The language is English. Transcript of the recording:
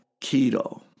keto